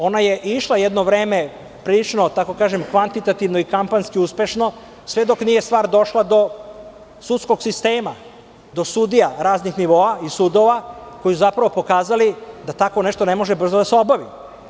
Ona je išla jedno vreme prilično kvantitativno i kampanjski uspešno, sve dok nije stvar došla do sudskog sistema, do sudija raznog nivoa i sudova, koji su pokazali da tako nešto ne može brzo da se obavi.